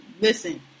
listen